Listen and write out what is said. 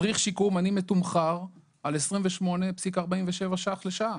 מדריך שיקום אני מתומחר על 28.47 ש"ח לשעה,